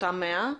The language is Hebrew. אותם 100 מיליון,